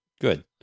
Good